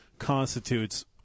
constitutes